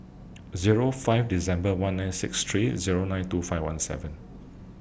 Zero five December one nine six three Zero nine two five one seven